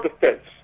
defense